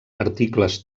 articles